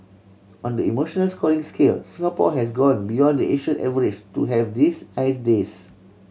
on the emotional scoring scale Singapore has gone beyond the Asian average to have these nice days